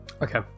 Okay